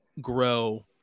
grow